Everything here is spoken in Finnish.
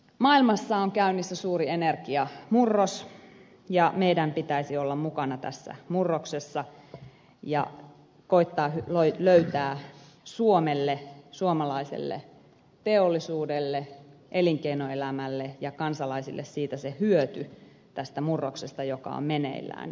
maailmassa on käynnissä suuri energiamurros ja meidän pitäisi olla mukana tässä murroksessa ja koettaa löytää suomelle suomalaiselle teollisuudelle elinkeinoelämälle ja kansalaisille siitä se hyöty tästä murroksesta joka on meneillään